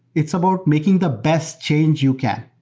it's about making the best change you can.